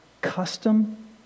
custom